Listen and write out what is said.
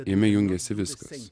jame jungėsi viskas